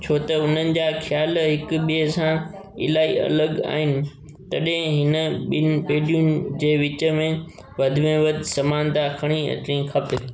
छो त उन्हनि जा ख्याल हिक ॿिए सां इलाही अलॻि आहिनि तॾहिं हिन ॿिनि पीढ़ीयुनि जे विच में वधि में वधि समानता खणी अचणी खपे